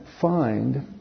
find